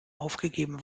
aufgegeben